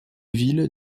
villes